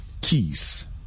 keys